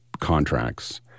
contracts